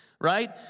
right